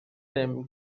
them